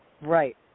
Right